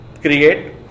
create